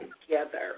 together